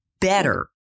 better